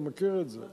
אתה מכיר את זה.